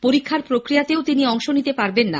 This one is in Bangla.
পরীক্ষার প্রক্রিয়াতেও তিনি অংশ নিতে পারবেন না